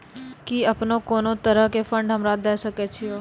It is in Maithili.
कि अपने कोनो तरहो के फंड हमरा दिये सकै छिये?